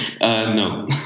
No